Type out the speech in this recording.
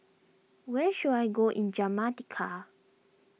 where should I go in Jamaica